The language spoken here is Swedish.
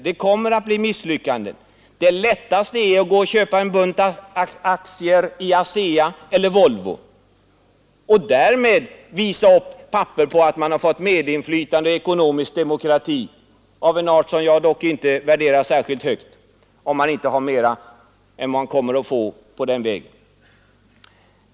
Det kommer att bli misslyckanden. Det lättaste är att köpa en bunt aktier i ASEA eller Volvo och därmed visa upp papper på att man har fått medinflytande och ekonomisk demokrati — av en art som jag dock inte värderar särskilt högt.